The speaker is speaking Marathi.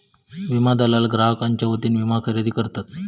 विमा दलाल ग्राहकांच्यो वतीने विमा खरेदी करतत